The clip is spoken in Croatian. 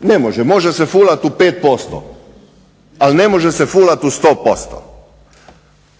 Ne može. Može se fulat u 5%, ali ne može se fulati u 100%.